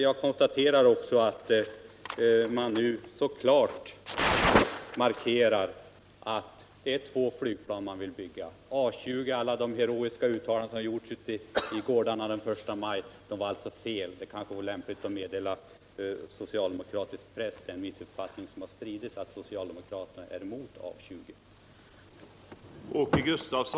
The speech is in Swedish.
Jag konstaterar också att man nu klart markerar att det är två flygplan man vill bygga — ett av dem är A 20. Alla de heroiska uttalanden som gjordes ute i gårdarna den 1 maj var alltså felaktiga. Det kanske vore lämpligt att meddela socialdemokratisk press att det har spritts en missuppfattning, nämligen att socialdemokraterna är emot A 20.